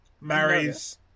marries